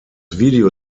video